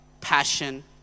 passion